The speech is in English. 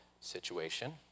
situation